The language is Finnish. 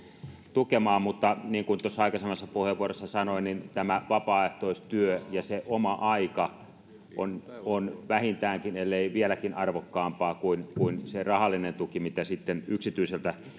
tukemaan mutta niin kuin tuossa aikaisemmassa puheenvuorossani sanoin niin tämä vapaaehtoistyö ja se oma aika on on vähintäänkin ellei vieläkin arvokkaampaa kuin kuin se rahallinen tuki mitä sitten yksityiseltä